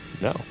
No